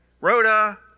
Rhoda